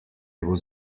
его